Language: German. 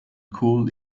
cool